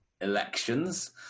elections